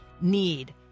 need